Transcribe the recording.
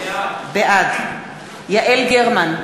בעד יעל גרמן,